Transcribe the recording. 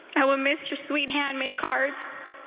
hello mister sweet handmade cards.